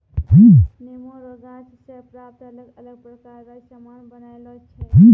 नेमो रो गाछ से प्राप्त अलग अलग प्रकार रो समान बनायलो छै